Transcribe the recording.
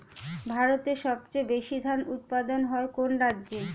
ভারতের সবচেয়ে বেশী ধান উৎপাদন হয় কোন রাজ্যে?